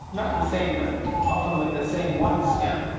not the same but often with the same ones, yeah.